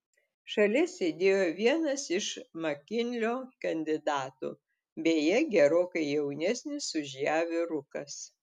šalia sėdėjo vienas iš makinlio kandidatų beje gerokai jaunesnis už ją vyrukas